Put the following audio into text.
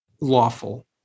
lawful